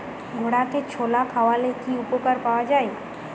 ঘোড়াকে ছোলা খাওয়ালে কি উপকার পাওয়া যায়?